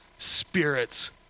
spirits